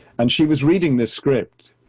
and she was reading this script,